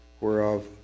whereof